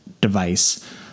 device